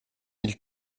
mille